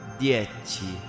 dieci